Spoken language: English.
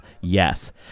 yes